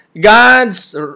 God's